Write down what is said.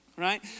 Right